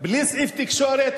בלי סעיף תקשורת,